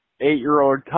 eight-year-old